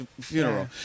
funeral